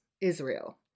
Israel